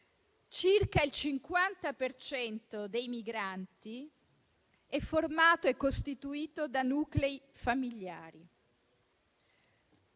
Circa il 50 per cento dei migranti è costituito da nuclei familiari.